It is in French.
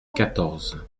quatorze